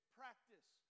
practice